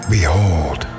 Behold